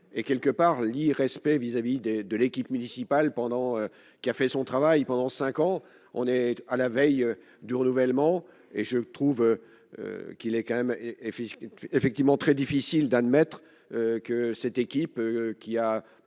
et quelque part l'irrespect vis-à-vis des de l'équipe municipale pendant qu'il a fait son travail pendant 5 ans, on est à la veille du renouvellement et je trouve qu'il est quand même et fils qui était effectivement très difficile d'admettre que cette équipe qui a